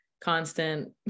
constant